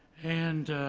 and